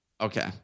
Okay